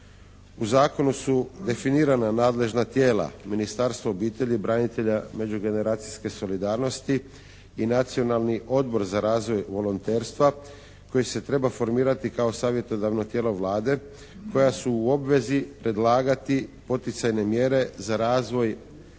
U zakonu su definirana nadležna tijela, Ministarstvo obitelji, branitelja, međugeneracijske solidarnosti i Nacionalni odbor za razvoj volonterstva koje se treba formirati kao savjetodavno tijelo Vlade koja su u obvezi predlagati poticajne mjere za razvoj